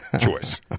choice